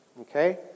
Okay